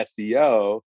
SEO